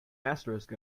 asterisk